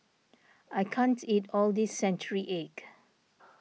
I can't eat all this Century Egg